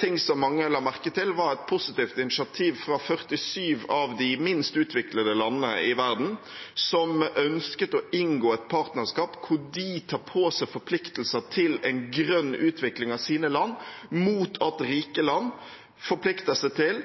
ting som mange la merke til, var et positivt initiativ fra 47 av de minst utviklede landene i verden. De ønsket å inngå et partnerskap hvor de tar på seg forpliktelser til en grønn utvikling av sine land mot at rike land forplikter seg til